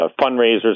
fundraisers